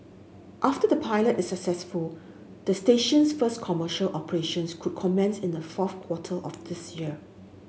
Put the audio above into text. after the pilot is successful the station's first commercial operations could commence in the fourth quarter of this year